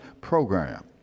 program